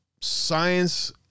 Science